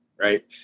right